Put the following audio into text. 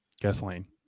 Gasoline